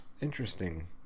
interesting